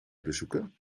bezoeken